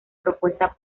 propuesta